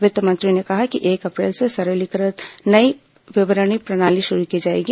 वित्त मंत्री ने कहा कि एक अप्रैल से सरलीकृत नई विवरणी प्रणाली शुरू की जाएगी